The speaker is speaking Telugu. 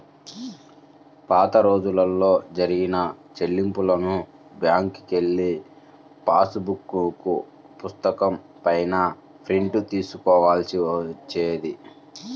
పాతరోజుల్లో జరిపిన చెల్లింపులను బ్యేంకుకెళ్ళి పాసుపుస్తకం పైన ప్రింట్ చేసుకోవాల్సి వచ్చేది